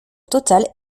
totale